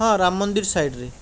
ହଁ ରାମମନ୍ଦିର ସାଇଡ଼ରେ